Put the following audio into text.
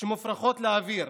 שמופרחות לאוויר.